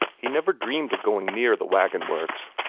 he never dreamed of going near the wagon-works,